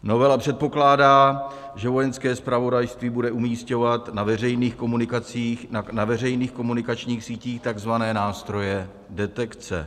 Novela předpokládá, že Vojenské zpravodajství bude umísťovat na veřejných komunikacích, na veřejných komunikačních sítích takzvané nástroje detekce.